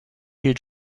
hielt